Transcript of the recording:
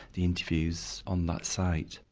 the interviews on that site.